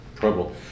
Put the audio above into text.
trouble